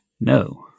No